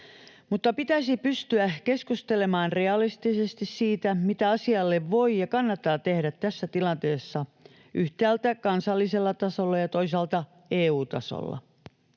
Mutta pitäisi pystyä keskustelemaan realistisesti siitä, mitä asialle voi ja kannattaa tehdä tässä tilanteessa yhtäältä kansallisella tasolla ja toisaalta EU-tasolla.